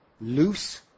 loose